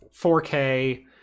4K